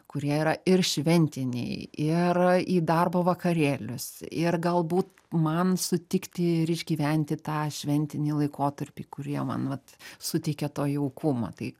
kurie yra ir šventiniai ir į darbo vakarėlius ir galbū man sutikti ir išgyventi tą šventinį laikotarpį kurie man vat suteikia to jaukumo tai